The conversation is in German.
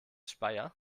speyer